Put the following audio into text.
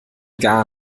gar